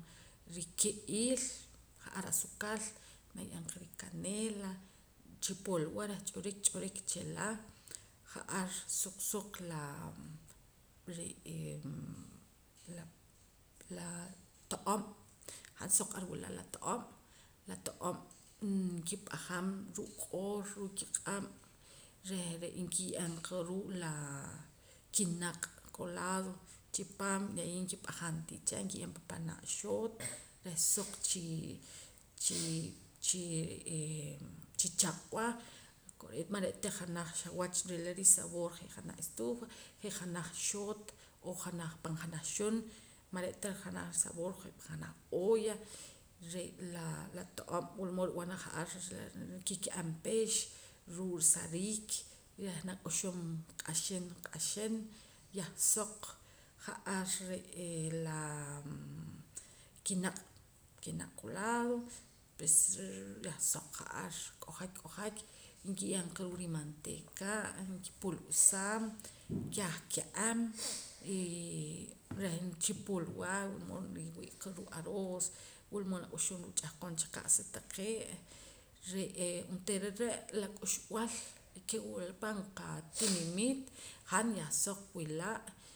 Rike'iil ja'ar asuukal naye'em qa rikaneela chipulwa reh ch'urik ch'urik chila ja'ar suq suq la la to'om han soq ar nwula' la to'om la to'om nkip'ajam ruu' q'oor ruu' kiq'ab' reh nkiye'em qa ruu' laa kinaq' colado chipaam de ahi nkip'ajam tiicha nkiye'em pa panaa' xoot reh soq chi chaq'wa kore'eet mare'ta janaj xawach rila risaboor je' janaj estufa je' janaj xoot o janaj pan janaj xun man re'ta janaj ar risaboor je' janaj olla re' laa to'om wulmood rub'anara ja'ar kike'am pix ruu' sa riik reh nak'uxum q'axin q'axin hay soq ja'ar re'ee la kinaq' kinaq colado pues yah soq ja'ar k'ojak k'ojak nkiye'em qa ruu' rimanteeka' nkipu'lsaam kah ke'am ee reh chipulwa wulmood riwi'qa ruu' aroos wulmood nak'uxum ruu' ch'ahqon cha qa'sa taqee' re'ee onteera are' la k'uxb'al ke wila pan qatinimiit han yah soq wila'